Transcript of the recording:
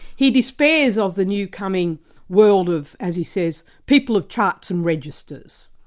he despairs of the new coming world of, as he says, people of charts and registers,